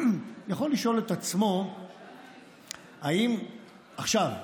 יכול לשאול את עצמו האם עכשיו,